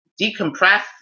decompress